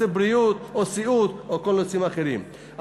בריאות או סיעוד או כל הנושאים האחרים.